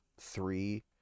three